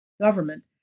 government